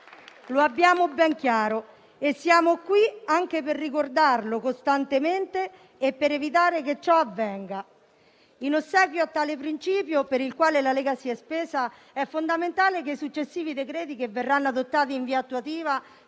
lo abbiamo ben chiaro e siamo qui per ricordarlo costantemente e per evitare che ciò avvenga. In ossequio a tale principio, per il quale la Lega si è spesa, è fondamentale che i successivi decreti che verranno adottati in via attuativa